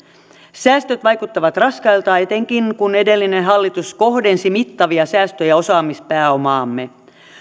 säästöt vaikuttavat raskailta etenkin kun edellinen hallitus kohdensi mittavia säästöjä osaamispääomaamme